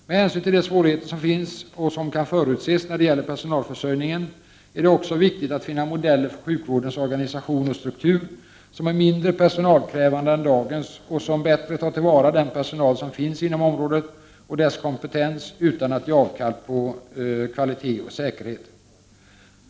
Med hänsyn till de svårigheter som finns och som kan förutses när det gäller personalförsörjningen är det också viktigt att finna modeller för sjukvårdens organisation och struktur som är mindre personalkrävande än dagens och som bättre tar till vara den personal som finns inom området och dess kompetens utan att avkall ges på kvalitet och säkerhet.